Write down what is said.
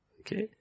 Okay